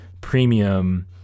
premium